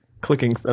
clicking